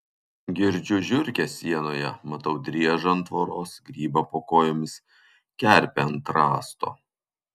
girdžiu žiurkes sienoje matau driežą ant tvoros grybą po kojomis kerpę ant rąsto